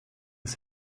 his